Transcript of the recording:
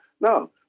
No